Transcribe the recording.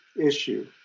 issue